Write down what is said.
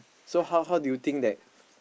so how how do you think that